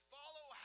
follow